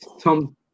Tom